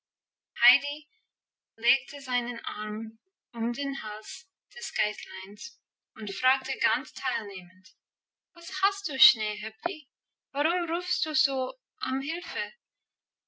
heidi legte seinen arm um den hals des geißleins und fragte ganz teilnehmend was hast du schneehöppli warum rufst du so um hilfe